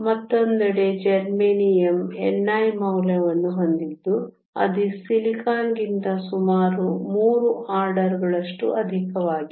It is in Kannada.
ಮತ್ತೊಂದೆಡೆ ಜರ್ಮೇನಿಯಮ್ ni ಮೌಲ್ಯವನ್ನು ಹೊಂದಿದ್ದು ಅದು ಸಿಲಿಕಾನ್ಗಿಂತ ಸುಮಾರು 3 ಆರ್ಡರ್ಗಳಷ್ಟು ಅಧಿಕವಾಗಿದೆ